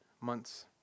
months